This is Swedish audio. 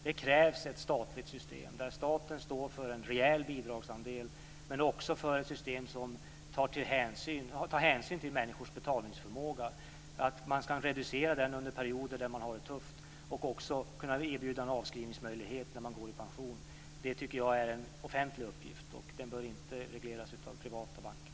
Det krävs ett statligt system där staten står för en rejäl bidragsandel, ett system som tar hänsyn till människors betalningsförmåga, som kan reducera betalningen under perioder då man har det tufft och också kan erbjuda en avskrivningsmöjlighet när man går i pension. Det tycker jag är en offentlig uppgift, och den bör inte regleras av privata banker.